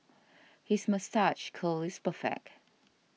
his moustache curl is perfect